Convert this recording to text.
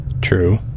True